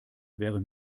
wäre